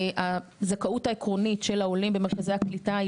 הזכאות העקרונית של העולים במרכזי הקליטה היא